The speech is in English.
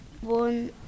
one